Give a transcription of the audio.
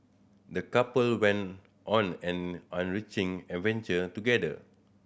the couple went on an enriching adventure together